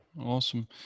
awesome